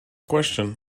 question